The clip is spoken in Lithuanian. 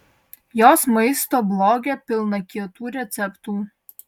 jos maisto bloge pilna kietų receptų